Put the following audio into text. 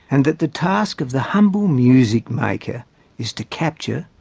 and that the task of the humble music-maker is to capture,